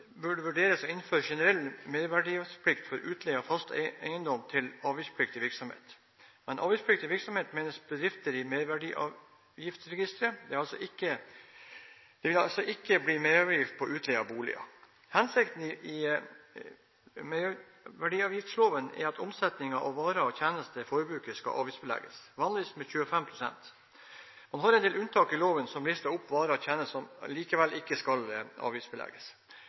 burde vurderes å innføre generell merverdiavgiftsplikt for utleie av fast eiendom til avgiftspliktig virksomhet. Med avgiftspliktig virksomhet menes bedrifter i Merverdiavgiftsregisteret. Det vil altså ikke bli merverdiavgift på utleie av boliger. Hensikten i merverdiavgiftsloven er at omsetningen av varer og tjenester til forbruker skal avgiftsbelegges, vanligvis med 25 pst. Man har en del unntak i loven som lister opp varer og tjenester som likevel ikke skal